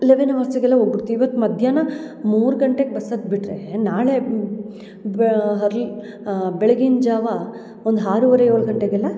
eleven ಅವರ್ಸಿಗೆಲ್ಲ ಹೋಗ್ಬುಡ್ತೀವ್ ಇವತ್ತು ಮಧ್ಯಾಹ್ನ ಮೂರು ಗಂಟೆಗೆ ಬಸ್ ಹತ್ಬಿಟ್ರೆ ನಾಳೆ ಬ್ಯಾ ಅರ್ಲ್ ಬೆಳಗಿನ ಜಾವ ಒಂದು ಆರುವರೆ ಏಳು ಗಂಟೆಗೆಲ್ಲ